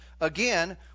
Again